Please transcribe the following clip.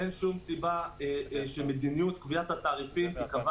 אין שום סיבה שמדיניות קביעת התעריפים תיקבע